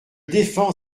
défends